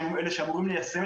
שהם אלה שאמורים ליישם,